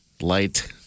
light